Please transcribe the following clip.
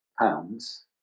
pounds